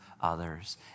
others